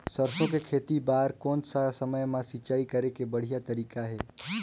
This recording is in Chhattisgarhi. सरसो के खेती बार कोन सा समय मां सिंचाई करे के बढ़िया तारीक हे?